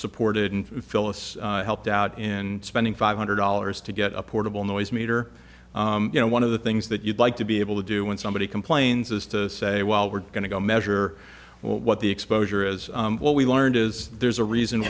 supported and phyllis helped out in spending five hundred dollars to get a portable noise meter you know one of the things that you'd like to be able to do when somebody complains is to say well we're going to go measure what the exposure is what we've learned is there's a reason